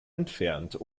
entfernt